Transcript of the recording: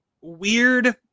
weird